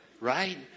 right